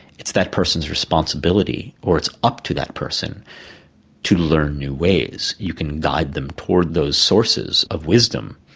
it's that person's responsibility, or it's up to that person to learn new ways. you can guide them toward those sources of wisdom,